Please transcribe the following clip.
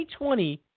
2020